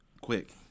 Quick